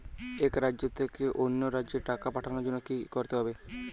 এক রাজ্য থেকে অন্য রাজ্যে টাকা পাঠানোর জন্য কী করতে হবে?